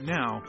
now